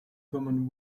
common